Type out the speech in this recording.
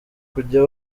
kujya